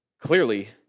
Clearly